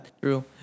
True